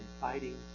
fighting